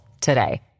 today